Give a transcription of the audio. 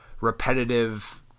repetitive